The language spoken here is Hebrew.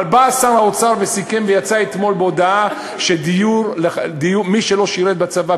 אבל בא שר האוצר וסיכם ויצא אתמול בהודעה שמי שלא שירת בצבא,